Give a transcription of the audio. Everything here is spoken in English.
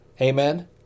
Amen